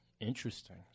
interesting